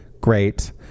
great